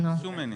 לא ביקשו ממני.